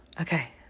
okay